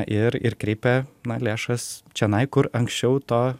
ir ir kreipia lėšas čionai kur anksčiau to